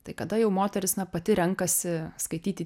tai kada jau moteris na pati renkasi skaityti